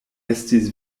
estis